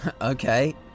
Okay